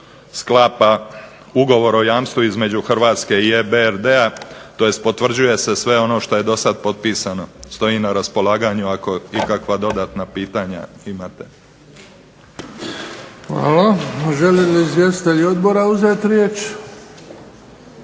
Hvala. Žele li izvjestitelji odbora uzeti riječ?